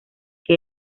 que